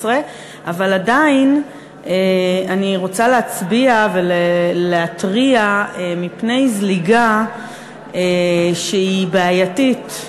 אבל עדיין אני רוצה להצביע ולהתריע מפני זליגה שהיא בעייתית,